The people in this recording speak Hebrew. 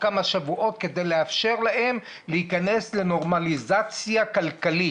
כמה שבועות כדי לאפשר להם להיכנס לנורמליזציה כלכלית.